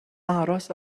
aros